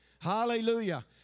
Hallelujah